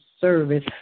service